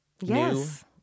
Yes